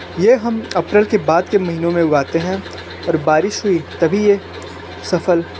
ये हम अप्रैल के बाद के महीनों में उगाते हैं और बारिश हुई तभी ये सफल